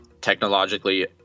technologically